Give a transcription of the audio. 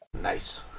Nice